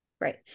Right